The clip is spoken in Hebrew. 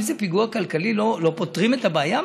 אם זה פיגוע כלכלי, לא פותרים את הבעיה?